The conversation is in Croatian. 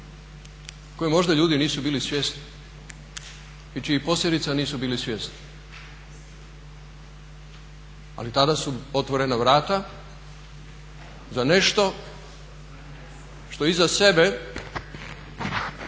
koje možda ljudi nisu bili svjesni i čije posljedice nisu bili svjesni. Ali tada su otvorena vrata za nešto što iza sebe